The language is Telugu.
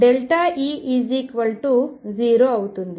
E 0 అవుతుంది